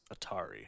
Atari